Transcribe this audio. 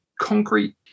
concrete